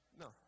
No